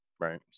Right